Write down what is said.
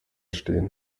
stehen